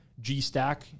G-Stack